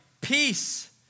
peace